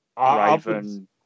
Raven